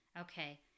Okay